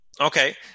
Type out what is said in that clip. okay